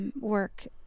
work